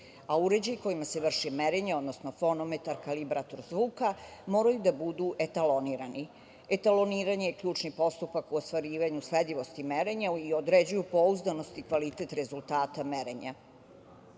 Uređaji kojima se vrši merenje, odnosno fonometar, kalibrator zvuka moraju da budu etalonirani. Etaloniranje je ključni postupak u ostvarivanju sledivosti merenja i određuju pouzdanost i kvalitet rezultata merenja.U